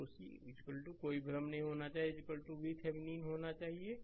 Voc कोई भ्रम नहीं होना चाहिए VThevenin होना चाहिए